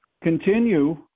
continue